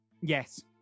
Yes